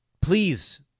Please